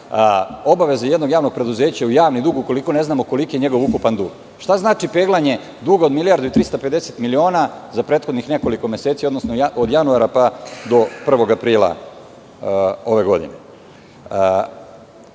obaveze jednog javnog preduzeća u javni dug, ukoliko ne znamo koliki je njegov ukupan dug? Šta znači peglanje duga od 1.350.000.000 miliona za prethodnih nekoliko meseci, odnosno od januara pa do 1. aprila ove godine?